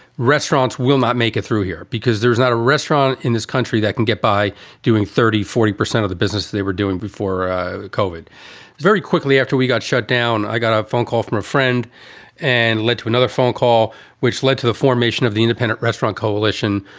restaurants will not make it through here because there's not a restaurant in this country that can get by doing thirty, forty percent of the business. they were doing before covered very quickly after we got shut down. i got a phone call from a friend and led to another phone call which led to the formation of the independent restaurant coalition,